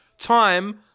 time